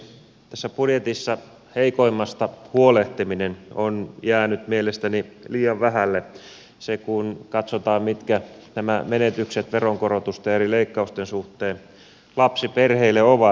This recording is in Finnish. tässä budjetissa heikoimmasta huolehtiminen on jäänyt mielestäni liian vähälle kun katsotaan mitkä nämä menetykset veronkorotusten ja eri leikkausten suhteen lapsiperheille ovat